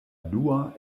dua